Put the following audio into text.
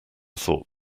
thought